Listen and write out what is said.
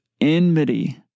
enmity